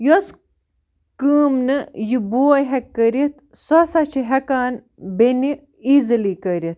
یۄس کٲم نہٕ یہِ بوے ہیٚکہِ کٔرِتھ سُہ ہَسا چھِ ہٮ۪کان بیٚنہِ ایٖزِلی کٔرِتھ